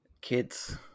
kids